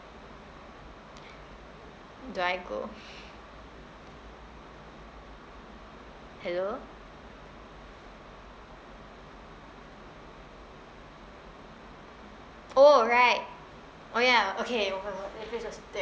do I go hello oh right oh ya okay oh my god that place was